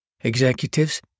executives